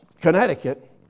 Connecticut